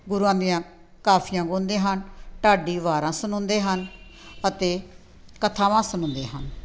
ਗੁਰੂਆਂ ਦੀਆਂ ਕਾਫੀਆਂ ਗਾਉਂਦੇ ਹਨ ਢਾਡੀ ਵਾਰਾਂ ਸੁਣਾਉਂਦੇ ਹਨ ਅਤੇ ਕਥਾਵਾਂ ਸੁਣਾਉਂਦੇ ਹਨ